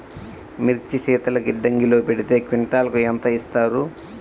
మిర్చి శీతల గిడ్డంగిలో పెడితే క్వింటాలుకు ఎంత ఇస్తారు?